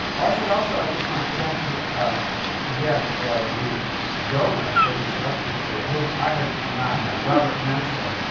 i should also, at this point, thank yeah ah again the the donor for this lecture series whom i have not met, robert menschel,